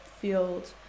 field